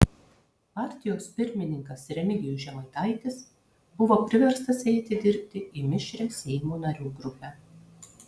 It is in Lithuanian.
partijos pirmininkas remigijus žemaitaitis buvo priverstas eiti dirbti į mišrią seimo narių grupę